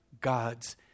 God's